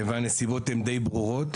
והנסיבות הן די ברורות.